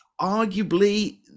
arguably